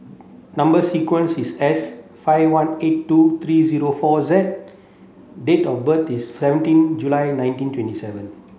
number sequence is S five one eight two three zero four Z date of birth is seventeen July nineteen twenty seven